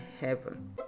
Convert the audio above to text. heaven